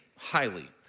highly